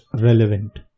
relevant